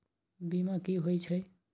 बीमा कि होई छई?